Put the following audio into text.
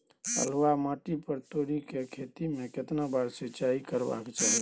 बलुआ माटी पर तोरी के खेती में केतना बार सिंचाई करबा के चाही?